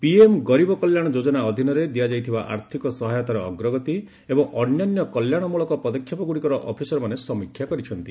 PM Garib Kalyan Yojana ଅଧୀନରେ ଦିଆଯାଇଥିବା ଆର୍ଥିକ ସହାୟତାର ଅଗ୍ରଗତି ଏବଂ ଅନ୍ୟାନ୍ୟ କଲ୍ୟାଣମଳକ ପଦକ୍ଷେପଗୁଡ଼ିକର ଅଫିସରମାନେ ସମୀକ୍ଷା କରିଛନ୍ତି